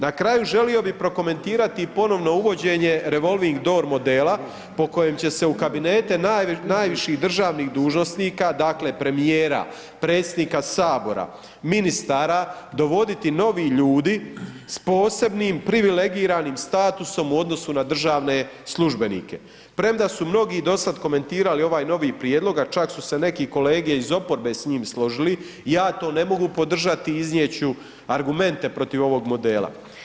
Na kraju želio bi prokomentirati ponovno uvođenje revolving door modela po kojem će se u kabinete najviših državnih dužnosnika dakle premijera, predsjednika Sabora, ministara dovoditi novi ljudi s posebnim privilegiranim statusom u odnosu na državne službenike premda su mnogi do sad komentirali ovaj novi prijedlog a čak su se neki kolege iz oporbe s njim složili, ja to ne mogu podržati, iznijet ću argumente protiv ovog modela.